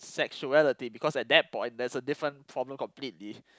sexuality because at that point there's a different problem completely